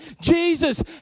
Jesus